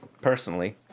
personally